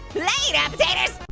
later potaters!